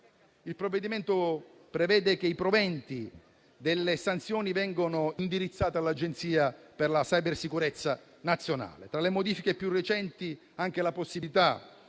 Il provvedimento prevede che i proventi delle sanzioni vengano indirizzati all'Agenzia per la cybersicurezza nazionale. Tra le modifiche più recenti vi è la possibilità